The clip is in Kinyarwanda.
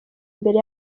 imbere